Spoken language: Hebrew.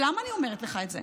למה אני אומרת לך את זה?